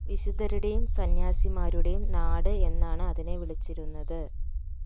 വിശുദ്ധരുടെയും സന്യാസിമാരുടെയും നാട് എന്നാണ് അതിനെ വിളിച്ചിരുന്നത്